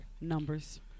Numbers